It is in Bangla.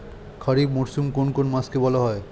খারিফ মরশুম কোন কোন মাসকে বলা হয়?